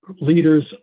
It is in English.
leaders